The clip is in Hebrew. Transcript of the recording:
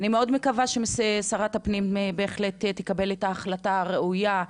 אני מאוד מקווה ששרת הפנים בהחלט תקבל את ההחלטה הראויה,